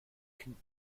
biegen